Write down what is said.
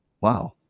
wow